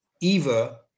Eva